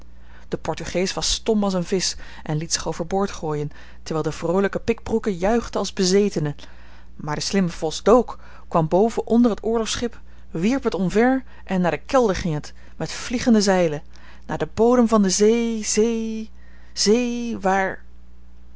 de portugees was stom als een visch en liet zich over boord gooien terwijl de vroolijke pikbroeken juichten als bezetenen maar de slimme vos dook kwam boven onder het oorlogsschip wierp het omver en naar den kelder ging het met vliegende zeilen naar den bodem van de zee zee zee waar o